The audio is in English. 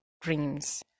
dreams